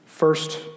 First